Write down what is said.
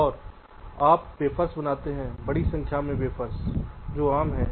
और आप वेफ़र्स बनाते हैं बड़ी संख्या में वेफ़र्स जो आम हैं